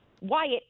Wyatt